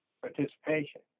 participation